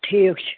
ٹھیٖک چھُ